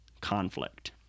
conflict